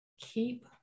keep